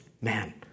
man